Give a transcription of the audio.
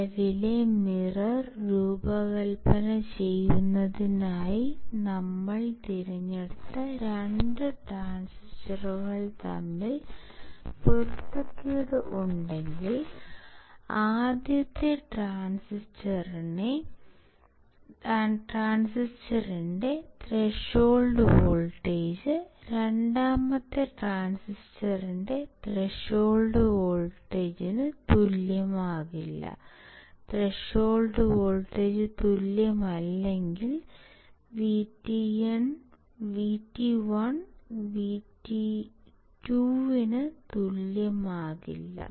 നിലവിലെ മിറർ രൂപകൽപ്പന ചെയ്യുന്നതിനായി നമ്മൾ തിരഞ്ഞെടുത്ത 2 ട്രാൻസിസ്റ്ററുകൾ തമ്മിൽ പൊരുത്തക്കേട് ഉണ്ടെങ്കിൽ ആദ്യത്തെ ട്രാൻസിസ്റ്ററിന്റെ ത്രെഷോൾഡ് വോൾട്ടേജ് രണ്ടാമത്തെ ട്രാൻസിസ്റ്ററിന്റെ ത്രെഷോൾഡ് വോൾട്ടേജിന് തുല്യമാകില്ല ത്രെഷോൾഡ് വോൾട്ടേജ് തുല്യമല്ലെങ്കിൽ VT1 VT2 ന് തുല്യമാകില്ല